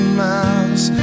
miles